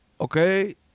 Okay